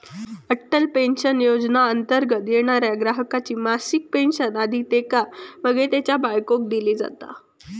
Atal pension योजनेंतर्गत येणाऱ्या ग्राहकाची मासिक पेन्शन आधी त्येका मागे त्येच्या बायकोक दिली जाता